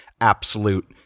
absolute